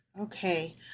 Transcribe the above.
Okay